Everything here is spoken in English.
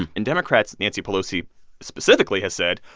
and democrats, nancy pelosi specifically, has said,